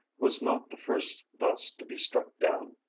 was not the first thus to be struck down.